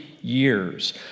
years